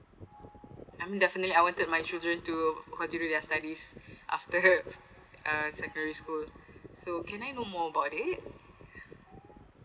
I mean definitely I wanted my children to continue their studies after uh secondary school so can I know more about it